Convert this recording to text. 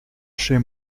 chez